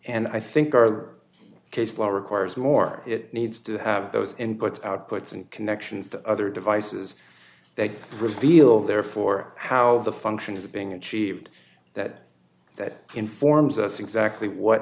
and i think our case law requires more it needs to have those inputs outputs and connections to other devices that reveal therefore how the function is being achieved that that informs us exactly what